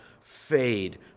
fade